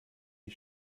die